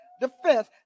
defense